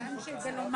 אני מחדשת את הדיון.